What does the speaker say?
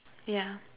yeah